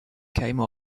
came